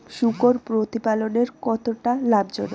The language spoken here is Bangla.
শূকর প্রতিপালনের কতটা লাভজনক?